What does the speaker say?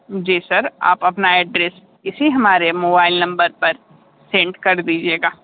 जी sir आप अपना address इसी हमारे मोबाइल नम्बर पर सेंड कर दीजिएगा